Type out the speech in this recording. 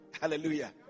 Hallelujah